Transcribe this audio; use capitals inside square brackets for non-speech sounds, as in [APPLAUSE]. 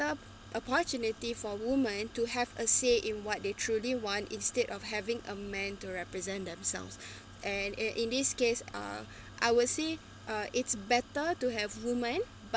better opportunity for women to have a say in what they truly want instead of having a man to represent themselves [BREATH] and in this case uh I will say uh it's better to have women but